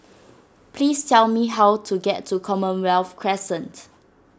please tell me how to get to Commonwealth Crescent